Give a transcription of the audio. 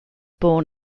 born